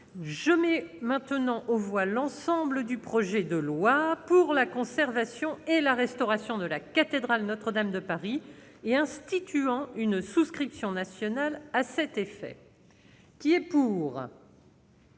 par le Sénat et l'Assemblée sur le projet de loi pour la conservation et la restauration de la cathédrale Notre-Dame de Paris et instituant une souscription nationale à cet effet. Ce sujet